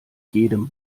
jedem